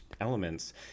elements